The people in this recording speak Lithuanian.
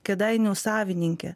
kėdainių savininkė